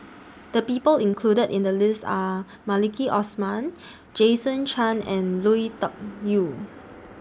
The People included in The list Are Maliki Osman Jason Chan and Lui Tuck Yew